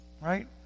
right